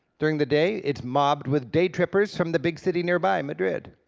during the day it's mobbed with day-trippers from the big city nearby, madrid.